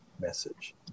message